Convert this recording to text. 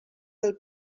del